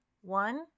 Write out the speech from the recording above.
One